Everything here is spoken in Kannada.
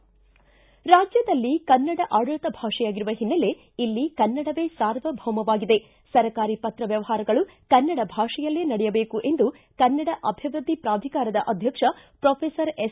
ರಾಜ್ಯದಲ್ಲಿ ಕನ್ನಡ ಆಡಳಿತ ಭಾಷೆಯಾಗಿರುವ ಹಿನ್ನೆಲೆ ಇಲ್ಲಿ ಕನ್ನಡವೇ ಸಾರ್ವಭೌಮವಾಗಿದೆ ಪ್ರತಿಯೊಂದು ಸರ್ಕಾರಿ ಪತ್ರ ವ್ಯವಹಾರಗಳು ಕನ್ನಡ ಭಾಷೆಯಲ್ಲಿ ನಡೆಯಬೇಕು ಎಂದು ಕನ್ನಡ ಅಭಿವೃದ್ಧಿ ಪ್ರಾಧಿಕಾರದ ಅಧ್ಯಕ್ಷ ಪೊಫೆಸರ್ ಎಸ್